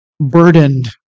burdened